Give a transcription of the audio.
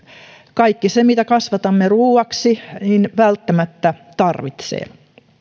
kaikki se mitä kasvatamme ruuaksi välttämättä tarvitsee